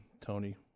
Tony